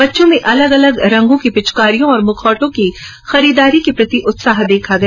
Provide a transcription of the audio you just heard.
बच्चों में अलग अलग रंगों की पिंचकारियों और मुखौटों की खरीददारी के प्रति उत्साह देखा गया